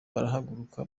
barahaguruka